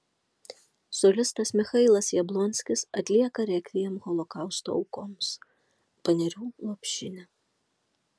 solistas michailas jablonskis atlieka rekviem holokausto aukoms panerių lopšinę